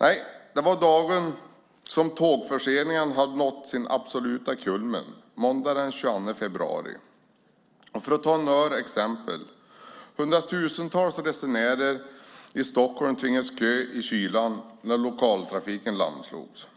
Nej, det var dagen då tågförseningarna hade nått sin absoluta kulmen, måndagen den 22 februari. Låt mig ta några exempel. Hundratusentals resenärer i Stockholm tvingades köa i kylan när lokaltrafiken lamslogs.